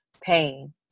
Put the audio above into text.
pain